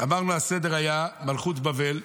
אמרנו שהסדר היה מלכות בבל,